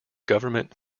government